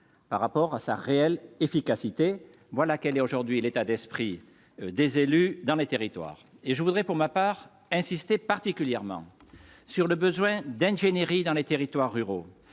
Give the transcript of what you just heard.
par rapport à sa réelle efficacité voilà quel est aujourd'hui l'état d'esprit des élus dans les territoires et je voudrais, pour ma part insister particulièrement sur le besoin d'ingénierie dans les territoires ruraux